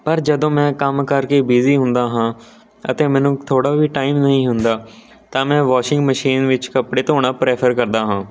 ਪਰ ਜਦੋਂ ਮੈਂ ਕੰਮ ਕਰਕੇ ਬਿਜ਼ੀ ਹੁੰਦਾ ਹਾਂ ਅਤੇ ਮੈਨੂੰ ਥੋੜ੍ਹਾ ਵੀ ਟਾਈਮ ਨਹੀਂ ਹੁੰਦਾ ਤਾਂ ਮੈਂ ਵਾਸ਼ਿੰਗ ਮਸ਼ੀਨ ਵਿੱਚ ਕੱਪੜੇ ਧੋਣਾ ਪ੍ਰੈਫਰ ਕਰਦਾ ਹਾਂ